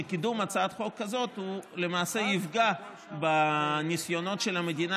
שקידום הצעת חוק כזאת למעשה יפגע בניסיונות של המדינה,